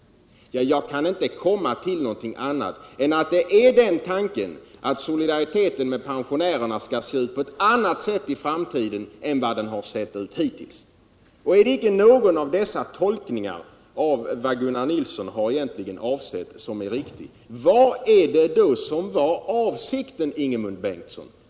Jag kan inte komma till någonting annat än att tanken är att solidariteten med pensionärerna skall se ut på ett annat sätt i framtiden än den gjort 119 hittills. Är det icke någon av dessa tolkningår av vad Gunnar Nilsson avsett som är riktig — vilken var då avsikten, Ingemund Bengtsson?